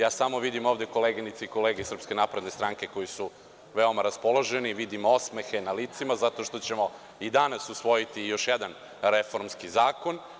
Ja samo vidim ovde koleginice i kolege Srpske napredne stranke koji su veoma raspoloženi, vidim osmehe na licima, zato što ćemo i danas usvojiti još jedan reformski zakon.